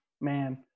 man